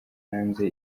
hanze